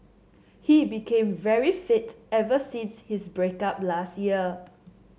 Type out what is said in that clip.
he became very fit ever since his break up last year